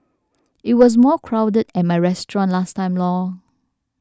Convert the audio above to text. it was more crowded at my restaurant last time lor